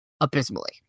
abysmally